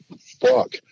fuck